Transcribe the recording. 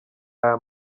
aya